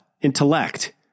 intellect